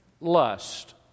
lust